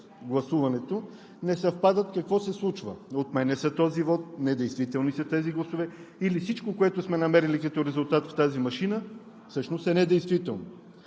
гласуването не съвпадат, какво се случва – отменя се този вот, недействителни са тези гласове или всичко, което сме намерили като резултат в тази машина, всъщност е недействително?